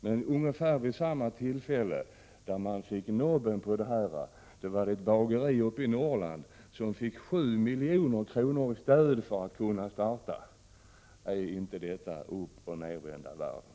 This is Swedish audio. Men ungefär samtidigt som detta företag fick avslag på sin ansökan om att få utnyttja sin allmänna investeringsfond fick ett bageri i Norrland 7 milj.kr. i stöd för att kunna starta en verksamhet. Är inte detta uppochnedvända världen?